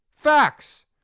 Facts